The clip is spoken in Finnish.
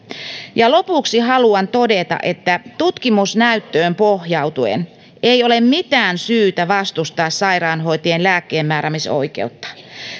ja lopuksi haluan todeta että tutkimusnäyttöön pohjautuen ei ole mitään syytä vastustaa sairaanhoitajien lääkkeenmääräämisoikeutta